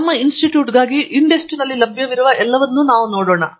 ನಮ್ಮ ಇನ್ಸ್ಟಿಟ್ಯೂಟ್ಗಾಗಿ INDEST ನಲ್ಲಿ ಲಭ್ಯವಿರುವ ಎಲ್ಲವುಗಳನ್ನು ನಾವು ನೋಡೋಣ